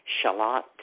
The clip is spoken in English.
shallot